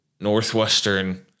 Northwestern